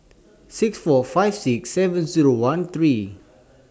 six four five six seven Zero one three